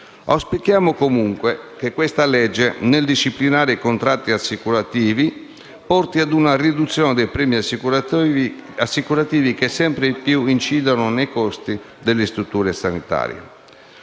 Auspichiamo, comunque, che questo provvedimento, nel disciplinare i contratti assicurativi, porti a una riduzione dei premi assicurativi che sempre più incidono sui costi delle strutture sanitarie.